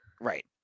Right